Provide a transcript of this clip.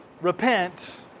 repent